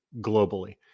globally